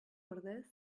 ordez